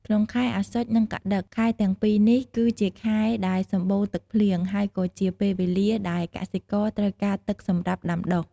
ក្នុងខែអស្សុជ និងកត្តិក: ខែទាំងពីរនេះគឺជាខែដែលសម្បូរទឹកភ្លៀង ហើយក៏ជាពេលវេលាដែលកសិករត្រូវការទឹកសម្រាប់ដាំដុះ។